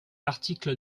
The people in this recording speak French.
l’article